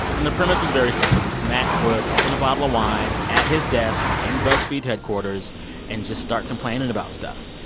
and the premise was very simple. matt would open a bottle of wine at his desk in buzzfeed headquarters and just start complaining about stuff.